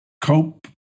cope